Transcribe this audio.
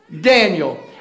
Daniel